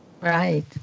Right